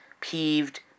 peeved